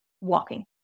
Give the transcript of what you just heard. walking